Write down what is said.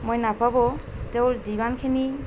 মই নাভাবোঁ তেওঁৰ যিমানখিনি